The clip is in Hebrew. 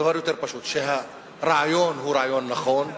דבר יותר פשוט: שהרעיון הוא רעיון נכון,